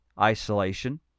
Isolation